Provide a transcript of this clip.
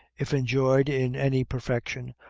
if enjoyed in any perfection,